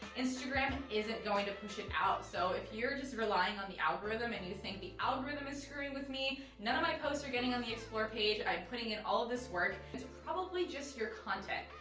instagram and isn't going to push it out, so if you are just relying on the algorithm and you think the algorithm is screwing with me, none of my posts are getting on the explore page, i'm putting in all of this work. it's probably just your content.